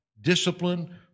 discipline